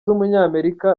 w’umunyamerika